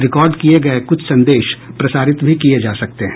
record किए गए कुछ संदेश प्रसारित भी किए जा सकते हैं